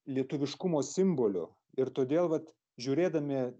lietuviškumo simboliu ir todėl vat žiūrėdami